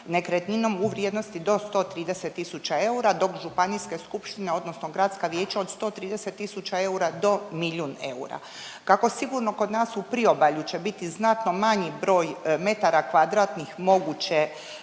nekretninom u vrijednosti do 130 tisuća eura dok županijske skupštine odnosno gradska vijeća od 130 tisuća eura do milijun eura. Kako sigurno kod nas u priobalju će biti znatno broj metara kvadratnih moguće